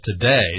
today